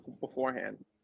beforehand